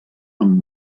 amb